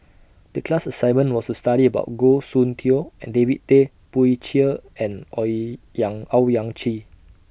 The class assignment was to study about Goh Soon Tioe David Tay Poey Cher and Owyang Chi